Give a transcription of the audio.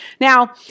Now